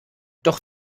doch